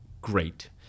great